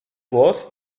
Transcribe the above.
głos